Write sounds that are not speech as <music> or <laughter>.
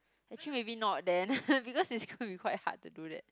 actually maybe not then <laughs> because it's gonna be quite hard to do that